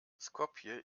skopje